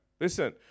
Listen